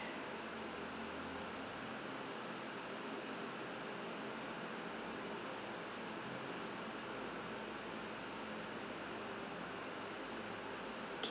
okay